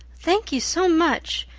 thank you so much.